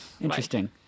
Interesting